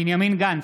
בנימין גנץ,